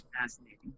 fascinating